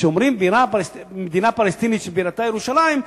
כשאומרים מדינה פלסטינית שבירתה ירושלים,